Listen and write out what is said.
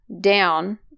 down